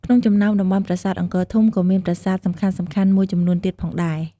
ក្នុងចំណោមតំបន់ប្រាសាទអង្គរធំក៏មាន ប្រាសាទសំខានៗមួយចំនួនទៀតផងដែរ។